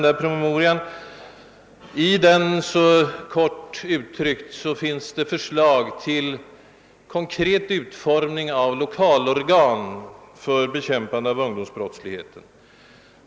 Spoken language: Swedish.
I promemorian redovisas, kort uttryckt, förslag till konkret utformning av lokala samarbetsorgan för bekämpande av ungdomsbrottsligheten.